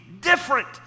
different